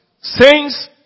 saints